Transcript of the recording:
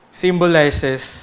symbolizes